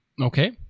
Okay